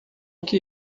que